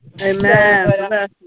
Amen